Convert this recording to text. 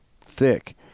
thick